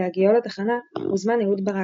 בהגיעו לתחנה הוזמן אהוד ברק,